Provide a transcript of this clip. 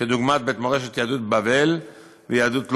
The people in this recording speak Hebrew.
דוגמת בית מורשת יהדות בבל ומרכז מורשת יהדות לוב,